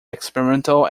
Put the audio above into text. experimental